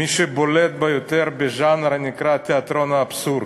מי שבולט ביותר בז'אנר שנקרא "תיאטרון האבסורד".